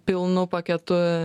pilnu paketu